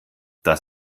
das